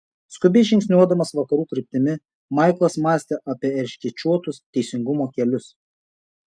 skubiai žingsniuodamas vakarų kryptimi maiklas mąstė apie erškėčiuotus teisingumo kelius